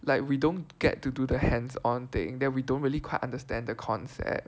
like we don't get to do the hands on thing then we don't really quite understand the concept